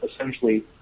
essentially